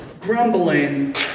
Grumbling